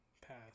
Pass